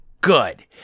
good